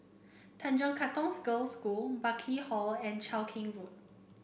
Tanjong Katong Girls' School Burkill Hall and Cheow Keng Road